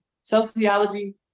Sociology